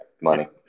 money